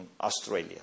Australia